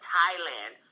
Thailand